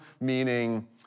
meaning